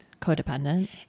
Codependent